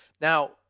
Now